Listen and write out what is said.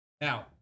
Now